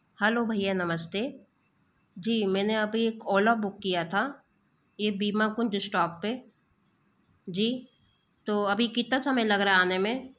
hello भैय्या नमस्ते जी मैंने अभी एक ओला बुक किया था ये बीमा कुंज स्टॉप पर जी तो अभी कितना समय लग रहा है आने में